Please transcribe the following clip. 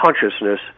consciousness